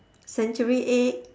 century egg